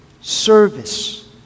service